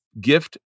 gift